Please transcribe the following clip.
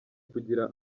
kugira